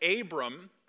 Abram